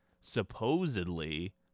supposedly